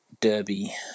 Derby